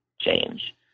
change